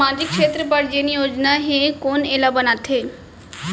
सामाजिक क्षेत्र बर जेन योजना हे कोन एला बनाथे?